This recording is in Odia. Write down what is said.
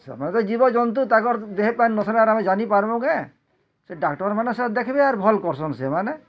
ସମସ୍ତ ଜୀବ ଜନ୍ତୁ ତାଙ୍କର ଦେହେ ପାଇଁ ଆମେ ଜାନି ପାରୁନୁ କେ ସେ ଡାକ୍ଟରମାନେ ସେ ଦେଖିବେ ଆର୍ ଭଲ୍ କରୁସନ୍ ସେମାନେ